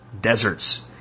deserts